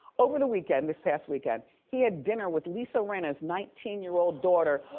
over the weekend, this past weekend he had dinner with lisa rinna's nineteen year old daughter,